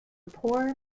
poor